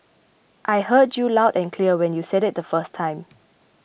I heard you loud and clear when you said it the first time